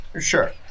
Sure